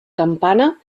campana